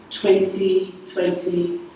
2020